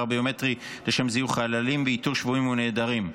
הביומטרי לשם זיהוי חללים ואיתור שבויים ונעדרים.